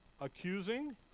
accusing